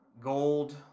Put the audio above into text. gold